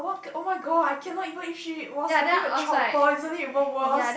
wha~ oh my god I cannot even if she was holding a chopper isn't it even worst